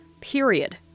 period